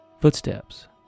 Footsteps